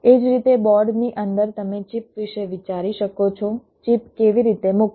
એ જ રીતે બોર્ડની અંદર તમે ચિપ વિશે વિચારી શકો છો ચિપ કેવી રીતે મૂકવી